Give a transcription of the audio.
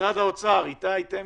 משרד האוצר, איתי טמקין,